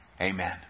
Amen